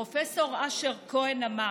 פרופ' אשר כהן אמר: